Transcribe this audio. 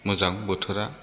मोजां बोथोरा